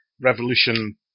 revolution